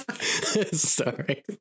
Sorry